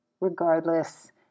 Regardless